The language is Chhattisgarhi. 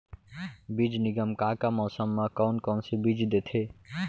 बीज निगम का का मौसम मा, कौन कौन से बीज देथे?